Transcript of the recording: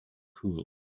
cool